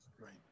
Right